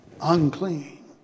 unclean